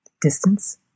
distance